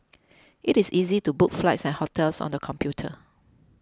it is easy to book flights and hotels on the computer